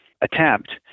attempt